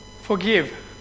Forgive